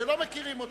שלא מכירים אותי,